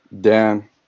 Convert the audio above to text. Dan